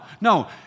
No